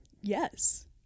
Yes